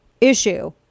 issue